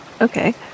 Okay